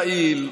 יעיל,